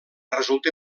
resulta